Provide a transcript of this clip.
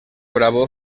bravo